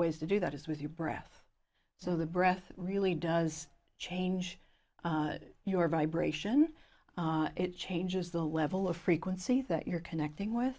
ways to do that is with your breath so the breath really does change your vibration it changes the level of frequency that you're connecting with